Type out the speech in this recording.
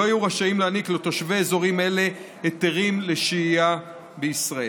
לא יהיו רשאים להעניק לתושבי אזורים אלה היתרים לשהייה בישראל.